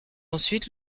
ensuite